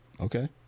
Okay